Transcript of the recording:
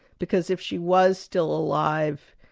because if she was still alive,